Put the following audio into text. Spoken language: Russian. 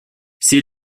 все